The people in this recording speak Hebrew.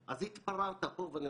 יש פה שתי גרסאות שונות,